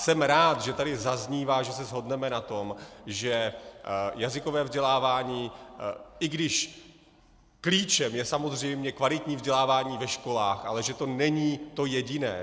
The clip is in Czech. Jsem rád, že tady zaznívá, že se shodneme na tom, že jazykové vzdělávání i když klíčem je samozřejmě kvalitní vzdělávání ve školách není to jediné.